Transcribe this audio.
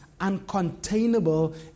uncontainable